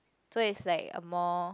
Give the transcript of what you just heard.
so is like a more